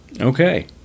Okay